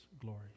glory